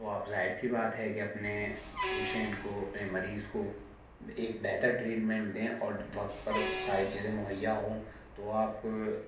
تو آپ ظاہر سی بات ہے کہ اپنے پیشنٹ کو اپنے مریض کو ایک بہتر ٹریٹمنٹ دیں اور وقت پر ساری چیزیں مہیا ہوں تو آپ